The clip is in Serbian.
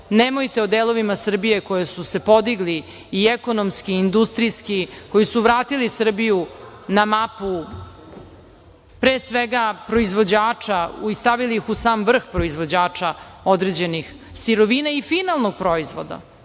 nemojte o delovima Srbije koji su se podigli i ekonomski i industrijski, koji su vratili Srbiju na mapu, pre svega proizvođača, stavili ih u sam vrh proizvođača određenih sirovina i finalnog proizvoda. Danas